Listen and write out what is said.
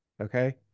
Okay